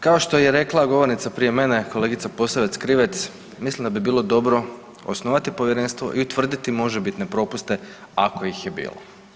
Kao što je rekla govornica prije mene kolegica Posavec Krivec, mislim bi bilo dobro osnovati povjerenstvo i utvrditi možebitne propuste ako ih je bilo.